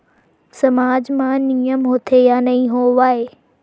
सामाज मा नियम होथे या नहीं हो वाए?